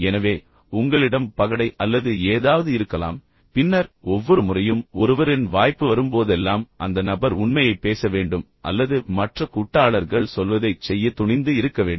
எனவே உங்களிடம் பகடை அல்லது ஏதாவது இருக்கலாம் பின்னர் ஒவ்வொரு முறையும் ஒருவரின் வாய்ப்பு வரும்போதெல்லாம் அந்த நபர் உண்மையைப் பேச வேண்டும் அல்லது மற்ற கூட்டாளர்கள் சொல்வதைச் செய்ய துணிந்து இருக்க வேண்டும்